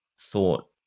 thought